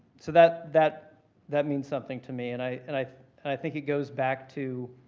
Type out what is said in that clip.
so that that that means something to me and i and i and i think it goes back to,